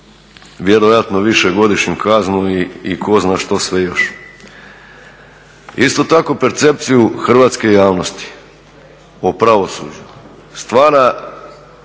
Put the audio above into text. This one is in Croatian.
vjerojatno višegodišnju kaznu i tko zna šta sve ne još. Isto tako percepciju hrvatske javnosti o pravosuđu stvara,